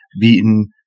beaten